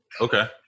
Okay